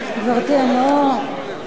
אמרתי,